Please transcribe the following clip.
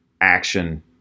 action